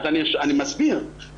אני מסביר.